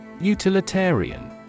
Utilitarian